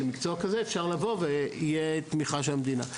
למקצוע כזה אפשר לבוא ותהיה תמיכה של המדינה.